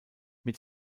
mit